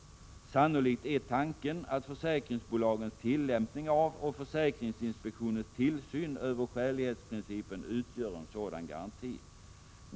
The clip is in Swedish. Sannolikt är tanken att försäkringsbolagens tillämp ning av och försäkringsinspektionens tillsyn över skälighetsprincipen utgör Prot. 1986/87:48 en sådan garanti.